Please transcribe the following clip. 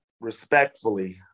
respectfully